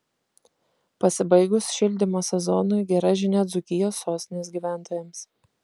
pasibaigus šildymo sezonui gera žinia dzūkijos sostinės gyventojams